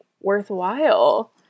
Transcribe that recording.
worthwhile